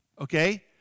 okay